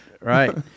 right